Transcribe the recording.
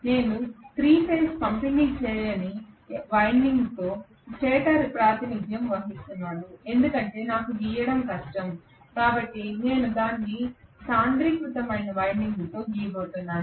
నేను 3 ఫేజ్ పంపిణీ చేయని వైండింగ్తో స్టేటర్కు ప్రాతినిధ్యం వహిస్తున్నాను ఎందుకంటే నాకు గీయడం కష్టం కాబట్టి నేను దానిని సాంద్రీకృత వైండింగ్తో గీయబోతున్నాను